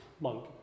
monk